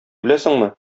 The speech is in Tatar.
беләсеңме